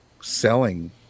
selling